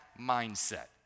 mindset